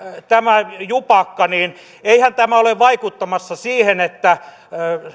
tämä jupakka ole vaikuttamassa siihen